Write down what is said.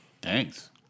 Thanks